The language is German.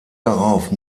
darauf